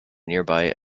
nearby